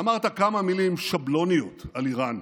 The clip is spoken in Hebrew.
אמרת כמה מילים שבלוניות על איראן.